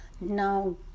Now